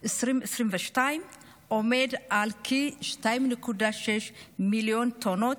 2022 עומד על כ-2.6 מיליון טונות,